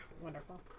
wonderful